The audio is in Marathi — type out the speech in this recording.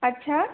अच्छा